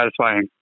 satisfying